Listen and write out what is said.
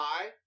High